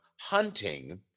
hunting